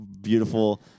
beautiful